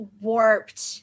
warped